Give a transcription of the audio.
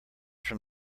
from